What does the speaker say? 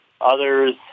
Others